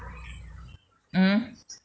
mm